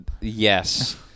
Yes